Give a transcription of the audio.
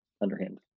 underhand